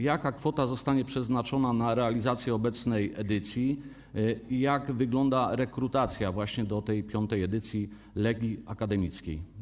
Jaka kwota zostanie przeznaczona na realizację obecnej edycji i jak wygląda rekrutacja do piątej edycji Legii Akademickiej?